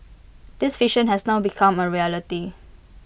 this vision has now become A reality